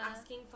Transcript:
asking